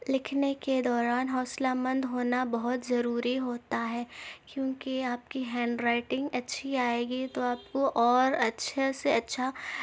لکھنے کے دوران حوصلہ مند ہونا بہت ضروری ہوتا ہے کیوں کہ آپ کی ہینڈ رائٹنگ اچھی آئے گی تو آپ کو اور اچھے سے اچھا